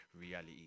Reality